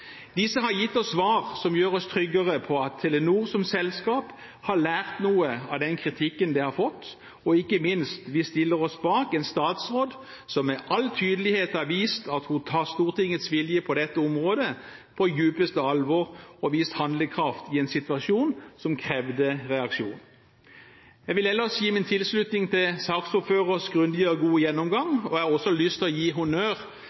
Disse har gitt oss svar som gjør oss tryggere på at Telenor som selskap har lært noe av den kritikken det har fått. Ikke minst stiller vi oss bak en statsråd som med all tydelighet har vist at hun tar Stortingets vilje på dette området på dypeste alvor, og har vist handlekraft i en situasjon som krevde reaksjon. Jeg vil ellers gi min tilslutning til saksordførers grundige og gode gjennomgang. Jeg har også lyst til å gi honnør